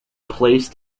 placed